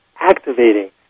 activating